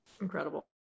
Incredible